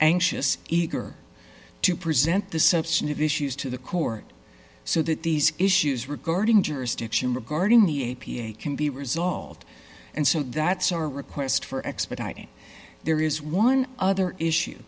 anxious eager to present the substantive issues to the court so that these issues regarding jurisdiction regarding the a p a can be resolved and so that's our request for expediting there is one other issue